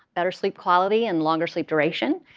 better sleep quality, and longer sleep duration,